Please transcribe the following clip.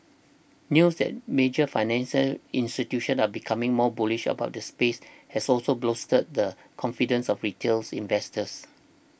news that major financial institutions are becoming more bullish about the space has also bolstered the confidence of retails investors